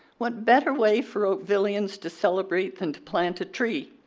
what better way for oakvillians to celebrate than to plant tree?